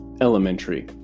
elementary